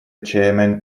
chairman